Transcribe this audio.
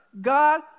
God